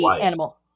animal